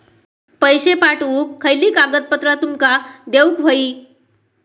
पैशे पाठवुक खयली कागदपत्रा तुमका देऊक व्हयी?